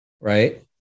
right